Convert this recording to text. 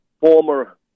former